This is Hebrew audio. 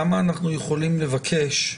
כמה אנחנו יכולים לבקש?